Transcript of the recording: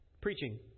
preaching